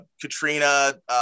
Katrina